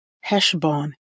Heshbon